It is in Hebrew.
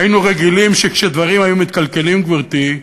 היינו רגילים שכשדברים היו מתקלקלים, גברתי,